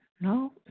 No